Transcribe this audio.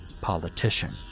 politician